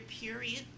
period